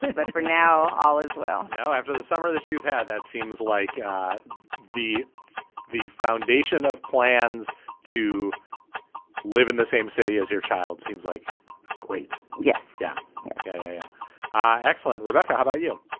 but for now all is well now after the summer that you've had that seems like the the foundation of plans to live in the same city as your child seems like a great yes. yeah yeah yeah yeah excellent rebecca how about you